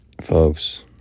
Folks